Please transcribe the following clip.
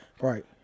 right